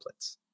templates